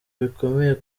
bikomeye